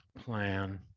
plan